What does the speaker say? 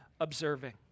observing